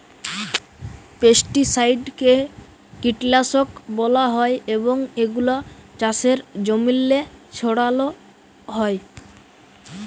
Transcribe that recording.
পেস্টিসাইডকে কীটলাসক ব্যলা হ্যয় এবং এগুলা চাষের জমিল্লে ছড়াল হ্যয়